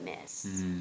miss